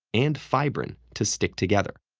and fibrin to stick together.